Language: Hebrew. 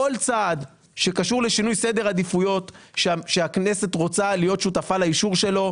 כל צעד שקשור לשינוי סדר העדיפויות שהכנסת רוצה להיות שותפה לאישור שלו,